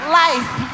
life